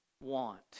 want